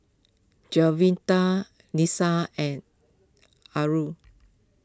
Juwita Lisa and